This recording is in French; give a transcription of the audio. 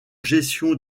gestion